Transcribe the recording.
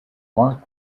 mark